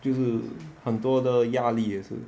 就是很多的压力也是